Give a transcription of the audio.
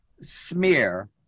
smear